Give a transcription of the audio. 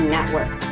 Network